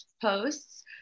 posts